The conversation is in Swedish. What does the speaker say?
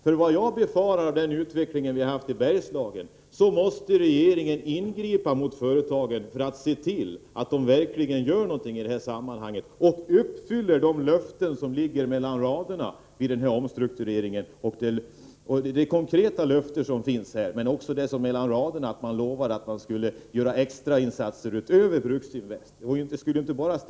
Att döma av den utveckling som vi har haft i Bergslagen måste regeringen ingripa mot företagen, för att se till att de verkligen gör någonting för att uppfylla dels det konkreta löftet i omstruktureringsuppgörelsen, dels de löften som ligger mellan raderna. Företagen lovade ju att de skulle göra extra insatser utöver Bruksinvest.